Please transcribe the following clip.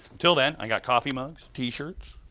til then, i got coffee mugs, t shirts,